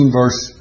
verse